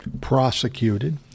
prosecuted